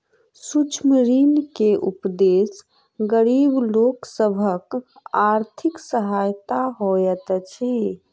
सूक्ष्म ऋण के उदेश्य गरीब लोक सभक आर्थिक सहायता होइत अछि